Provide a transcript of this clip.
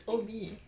O_B